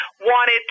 wanted